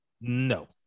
No